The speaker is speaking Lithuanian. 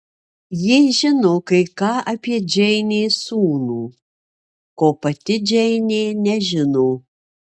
ji žino kai ką apie džeinės sūnų ko pati džeinė nežino